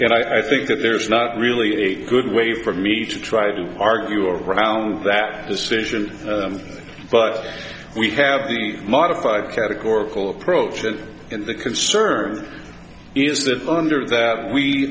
and yet i think that there's not really a good way for me to try to argue around that decision but we have the modified categorical approach that the concern is that under that we